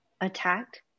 attacked